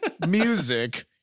music